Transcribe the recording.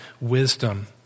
wisdom